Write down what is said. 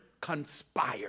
conspire